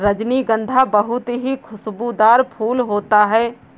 रजनीगंधा बहुत ही खुशबूदार फूल होता है